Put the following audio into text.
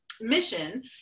mission